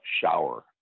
shower